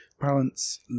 Balance